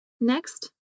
Next